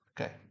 Okay